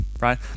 right